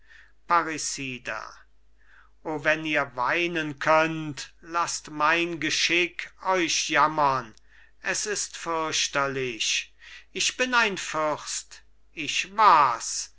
o wenn ihr weinen könnt lasst mein geschick euch jammern es ist fürchterlich ich bin ein fürst ich